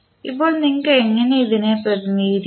ഇപ്പോൾ നിങ്ങൾ എങ്ങനെ ഇതിനെ പ്രതിനിധീകരിക്കും